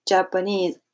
Japanese